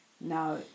now